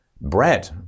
bread